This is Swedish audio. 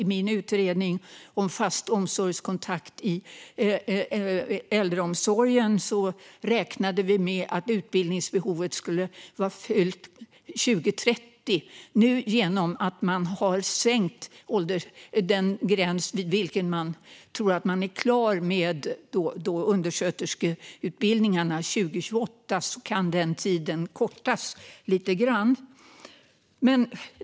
I min utredning om fast omsorgskontakt i äldreomsorgen räknade vi med att utbildningsbehovet skulle vara fyllt 2030. Genom att gränsen vid vilken man tror att man är klar med undersköterskeutbildningarna har sänkts till 2028 kan den tiden kortas lite grann.